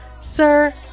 Sir